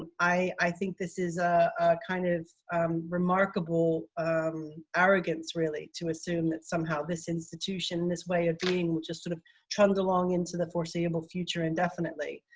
um i think this is a kind of remarkable um arrogance, really, to assume that somehow this institution, this way of being will just sort of trundle along into the foreseeable future indefinitely.